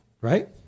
right